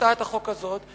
הצעת החוק הזאת,